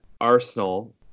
Arsenal